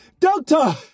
Doctor